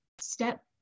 step